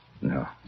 No